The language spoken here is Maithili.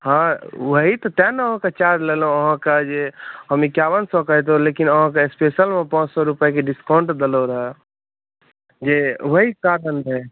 हॅं ओहि तऽ तैं ने अहाँके चार्ज लेलहुॅं अहाँके जे हम एकावन सए कहैत रहूँ लेकिन अहाँके स्पेशल मे पाँच सए रुपैआ के डिस्काउंट देलहुॅं रहय जे ओहि साधन रहै